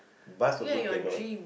bus also cannot